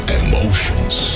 emotions